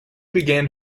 began